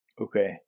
Okay